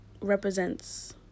represents